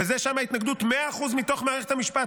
שם ההתנגדות היא מאה אחוז מתוך מערכת המשפט,